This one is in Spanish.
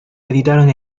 editaron